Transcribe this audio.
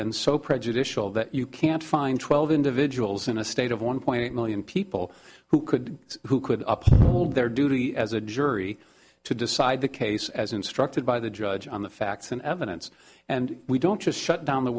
and so prejudicial that you can't find twelve individuals in a state of one point eight million people who could who could up hold their duty as a jury to decide the case as instructed by the judge on the facts and evidence and we don't just shut down the